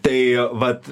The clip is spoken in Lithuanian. tai vat